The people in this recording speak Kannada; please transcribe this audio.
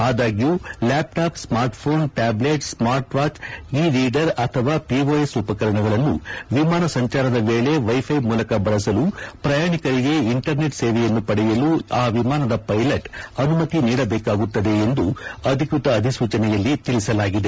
ಆದಾಗ್ಯೂ laptop smartphone tablet smartwatch e reader ಅಥವಾ ಪಿಒಎಸ್ ಉಪಕರಣಗಳನ್ನು ವಿಮಾನ ಸಂಚಾರದ ವೇಳಿ ವೈ ಫೈ ಮೂಲಕ ಬಳಸಲು ಪ್ರಯಾಣಿಕರಿಗೆ ಇಂಟರ್ನೆಟ್ ಸೇವೆಯನ್ನು ಪಡೆಯಲು ಆ ವಿಮಾನದ ಪೈಲಟ್ ಅನುಮತಿ ನೀಡಬೇಕಾಗುತ್ತದೆ ಎಂದು ಅಧಿಕೃತ ಅಧಿಸೂಚನೆಯಲ್ಲಿ ತಿಳಿಸಲಾಗಿದೆ